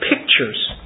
pictures